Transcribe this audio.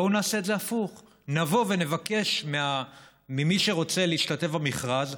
בואו נעשה את זה הפוך: נבוא ונבקש ממי שרוצה להשתתף במכרז,